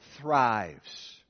thrives